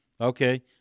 Okay